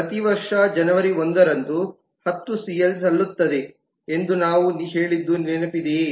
ಪ್ರತಿ ವರ್ಷ ಜನವರಿ 1 ರಂದು 10ಸಿಎಲ್ ಸಲ್ಲುತ್ತದೆ ಎಂದು ನಾವು ಹೇಳಿದ್ದು ನಿಮಗೆ ನೆನಪಿದೆಯೇ